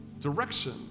direction